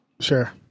Sure